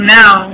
now